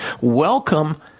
welcome